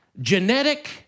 genetic